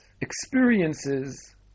experiences